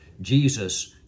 Jesus